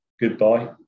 goodbye